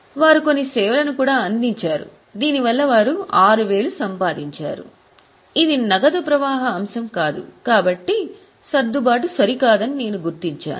వారు కొన్ని సేవలను కూడా అందించారు దీని వల్ల వారు 6000 సంపాదించారు ఇది నగదు ప్రవాహ అంశం కాదు కాబట్టి సర్దుబాటు సరికాదని నేను గుర్తించాను